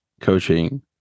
coaching